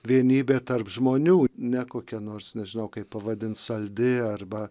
vienybė tarp žmonių ne kokia nors nežinau kaip pavadint saldi arba